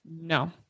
No